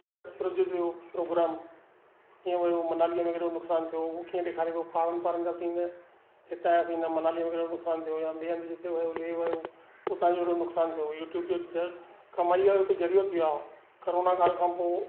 कुझु थियो प्रोग्राम कीअं हुओ मनालीअ में हेॾो नुक़सानु थियो कीअं ॾेखारे पियो पहाड़नि वारनि जा सीन हितां जा सीन मनाली में हेॾो नुक़सानु थियो हुतां जो हेॾो नुक़सानु थियो यूट्यूब ते विझनि कमाईअ जो हिकु ज़रियो थियो आहे कोरोना काल खां पोइ